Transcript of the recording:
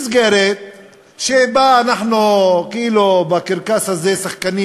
מסגרת שבה אנחנו כאילו שחקנים